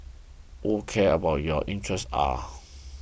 who cares about your interests are